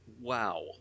Wow